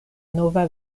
nova